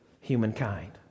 humankind